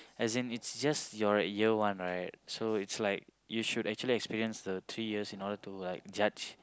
as in it's just your year one right so it's like you should actually experience the three years in order to like judge